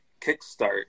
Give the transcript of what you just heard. kickstart